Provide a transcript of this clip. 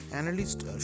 Analysts